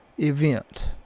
event